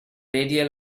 radial